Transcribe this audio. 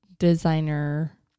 designer